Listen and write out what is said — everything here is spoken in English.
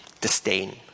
disdain